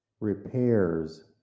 repairs